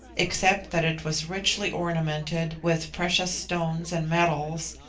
except that it was richly ornamented with precious stones and metals,